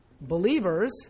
Believers